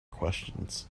questions